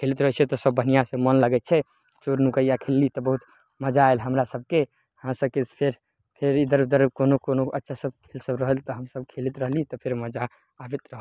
खेलैत रहय छियै तऽ सभ बढ़िआँसँ मोन लगय छै चोर नुकैया खेलली तऽ बहुत मजा आयल हमरा सभके हमरा सभके फेर फेर इधर उधर कोनो कोनो अच्छा सभसँ सभ रहल तऽ हमसभ खेलैत रहली तऽ फेर मजा आबैत रहल